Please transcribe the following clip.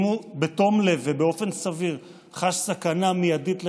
אם הוא בתום לב ובאופן סביר חש סכנה מיידית לחייו,